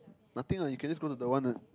nothing what you can just go to the one